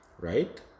right